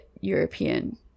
European